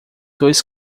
dois